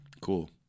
Cool